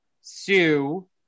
Sue